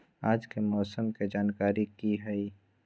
आज के मौसम के जानकारी कि हई?